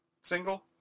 single